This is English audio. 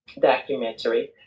documentary